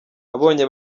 abonye